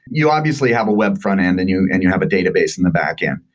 you obviously have a web frontend and you and you have a database in the backend.